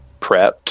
prepped